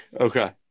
okay